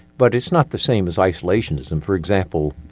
but it's not the same as isolationism. for example,